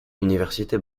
université